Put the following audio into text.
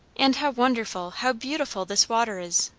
and how wonderful, how beautiful, this water is!